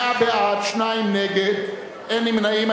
100 בעד, שניים נגד, אין נמנעים.